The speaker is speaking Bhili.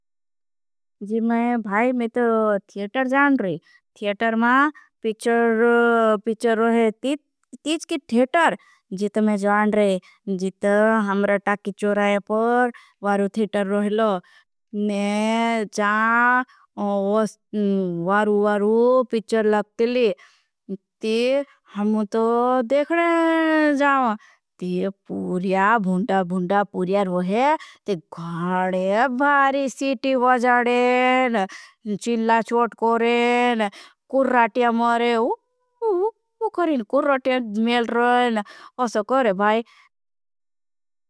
मैं थियाटर जान रहा हूँ थियाटर मां पिच्चर रहा हूँ। तीज की थियाटर जीत मैं जान रहा हूँ जीत हमरे टाकी। चोर आये पर वारु थियाटर रही लो ने जान वारु वारु। पिच्चर लगते ली। पूर्या भूंड़ा भूंड़ा पूर्या रोहे गाड़े भारी। सीटी बजाडेन चिला चोट कोरेन कुर राटिया मारे। उकरेन कुर राटिया मेल रोहेन असा करें भाई।